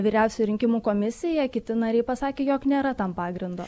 vyriausioji rinkimų komisija kiti nariai pasakė jog nėra tam pagrindo